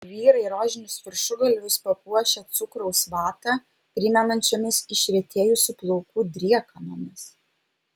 vyrai rožinius viršugalvius papuošę cukraus vatą primenančiomis išretėjusių plaukų driekanomis